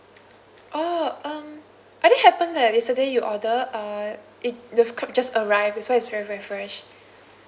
oh um I think happened that yesterday you order uh it the f~ c~ just arrived that's why it's very very fresh